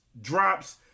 drops